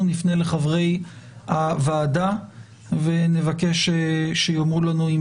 אנחנו נפנה לחברי הוועדה ונבקש שיאמרו לנו אם